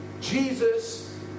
Jesus